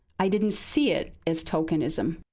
i didn't see it as tokenism.